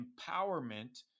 Empowerment